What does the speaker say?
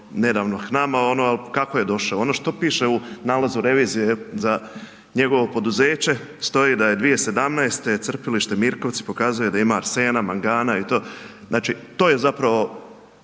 nedavno k nama, ali kako je došao. Ono što piše u nalazu revizije za njegovo poduzeće, stoji da je 2017. crpilište Mirkovci pokazuje da ima arsena, mangana i to, znači, to je zapravo